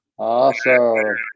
Awesome